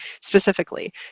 specifically